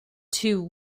two